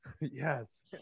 Yes